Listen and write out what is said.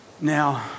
Now